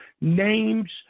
names